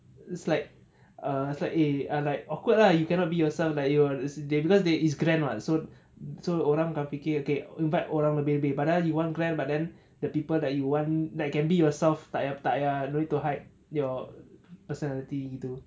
it's like err it's like eh ah like awkward lah you cannot be yourself like you are they because they is grand lah so so orang kalau fikir okay invite orang lebih lebih padahal you want grand but then the people that you want that can be yourself tak payah tak payah no need to hide your personality gitu